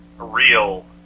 real